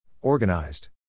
Organized